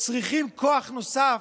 צריכים כוח נוסף,